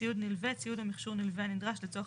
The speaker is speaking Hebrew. "ציוד נלווה" ציוד או מכשור נלווה הנדרש לצורך